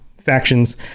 factions